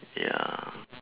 ya